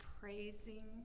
praising